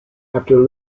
after